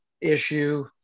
issue